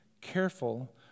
careful